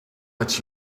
let